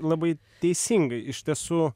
labai teisingai iš tiesų